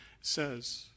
says